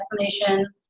destination